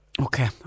Okay